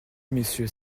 messieurs